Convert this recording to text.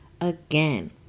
again